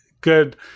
good